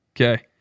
Okay